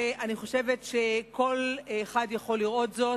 ואני חושבת שכל אחד יכול לראות זאת.